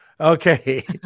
Okay